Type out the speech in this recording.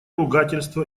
ругательство